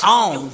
on